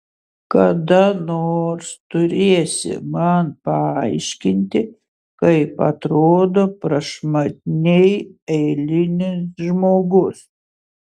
kada nors turėsi man paaiškinti kaip atrodo prašmatniai eilinis žmogus